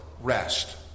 rest